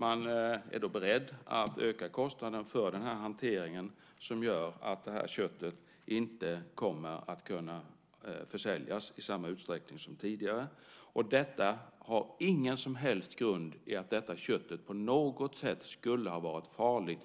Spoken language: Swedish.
Man är då beredd att öka kostnaderna för den här hanteringen, som gör att detta kött inte kommer att kunna försäljas i samma utsträckning som tidigare. Det har ingen som helst grund i att detta kött på något sätt skulle ha varit farligt,